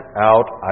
out